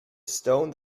stone